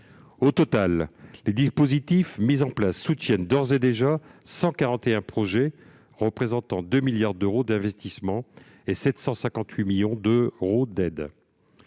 Au total, les dispositifs mis en place soutiennent d'ores et déjà 141 projets représentant 2 milliards d'euros d'investissement et 758 millions d'euros d'aides.